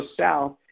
south